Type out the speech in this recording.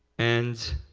and